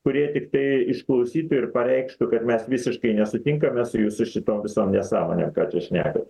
kurie tiktai išklausytų ir pareikštų kad mes visiškai nesutinkame su jūsų šitom visom nesąmonėm ką čia šnekat